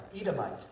Edomite